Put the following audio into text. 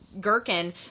Gherkin